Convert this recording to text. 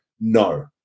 no